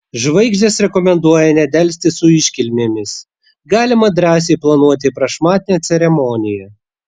žvaigždės rekomenduoja nedelsti su iškilmėmis galima drąsiai planuoti prašmatnią ceremoniją